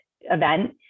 event